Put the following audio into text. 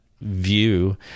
view